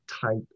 type